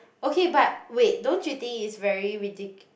okay but wait don't you think is very ridicu~